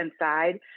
inside